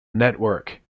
network